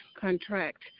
contract